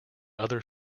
other